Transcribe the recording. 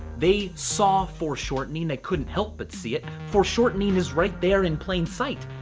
they saw foreshortening they couldn't help but see it. foreshortening is right there in plain sight.